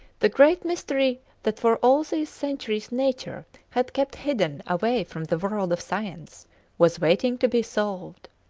the great mystery that for all these centuries nature had kept hidden away from the world of science was waiting to be solved.